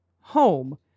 home